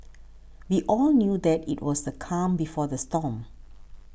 we all knew that it was the calm before the storm